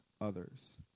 others